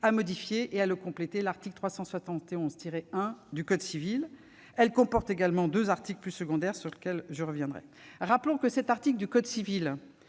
à modifier et à compléter l'article 371-1 du code civil. Elle comporte également deux articles, de portée plus secondaire, sur lesquels je reviendrai. Rappelons que l'article 371-1 du code civil